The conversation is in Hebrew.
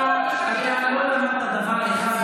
אתה לא עושה את זה.